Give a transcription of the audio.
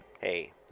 hey